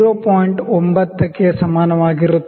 9 ಕ್ಕೆ ಸಮಾನವಾಗಿರುತ್ತದೆ